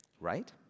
right